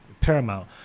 paramount